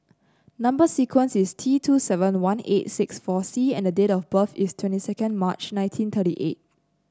number sequence is T two seven one eight nine six four C and date of birth is twenty second March nineteen thirty eight